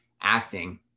acting